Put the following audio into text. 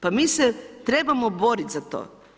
Pa mi se trebamo boriti za to.